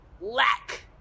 lack